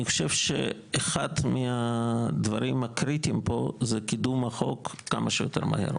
אני חושב שאחד מהדברים הקריטיים פה זה קידום החוק כמה שיותר מהר.